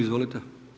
Izvolite.